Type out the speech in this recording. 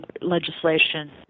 legislation